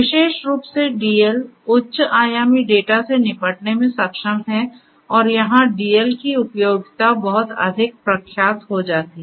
विशेष रूप से DL उच्च आयामी डेटा से निपटने में सक्षम है और यहां DL की उपयोगिता बहुत अधिक प्रख्यात हो जाती है